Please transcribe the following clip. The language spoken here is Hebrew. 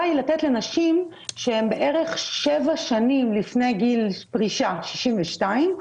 היא לתת לנשים שהן בערך שבע שנים לפני גיל פרישה בגיל 62,